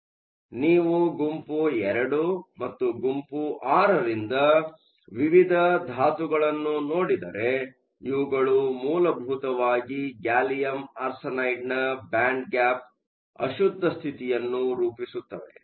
ಆದ್ದರಿಂದ ನೀವು ಗುಂಪು II ಮತ್ತು ಗುಂಪು VI ರಿಂದ ವಿವಿಧ ಧಾತುಗಳನ್ನು ನೋಡಿದರೆ ಇವುಗಳು ಮೂಲಭೂತವಾಗಿ ಗ್ಯಾಲಿಯಂ ಆರ್ಸೆನೈಡ್ನ ಬ್ಯಾಂಡ್ ಗ್ಯಾಪ್ ಅಶುದ್ಧ ಸ್ಥಿತಿಯನ್ನು ರೂಪಿಸುತ್ತವೆ